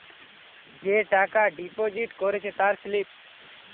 যে টাকা ডিপোজিট করেছে তার স্লিপ